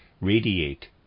radiate